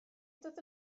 dod